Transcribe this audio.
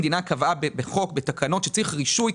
כדי להפעיל מכון רישוי המדינה קבעה בחוק שצריך רישוי,